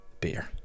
Beer